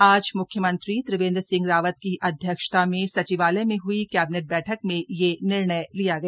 आज म्ख्यमंत्री त्रिवेंद्र सिंह रावत की अध्क्षता में सचिवालय में हई कैबिनेट बैठक में यह निर्णय लिया गया